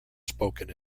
spoken